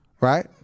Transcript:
right